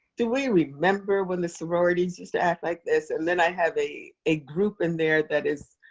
do we remember when the sororities used to act like this, and then i have a a group in there that is